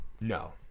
No